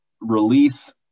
release